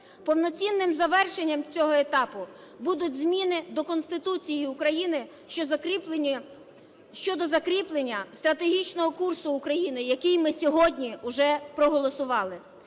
Повноцінним завершенням цього етапу будуть зміни до Конституції України щодо закріплення стратегічного курсу України, який ми сьогодні уже проголосували.